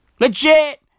Legit